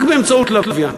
רק באמצעות לוויין.